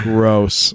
Gross